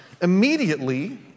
immediately